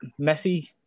Messi